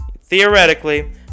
theoretically